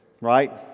right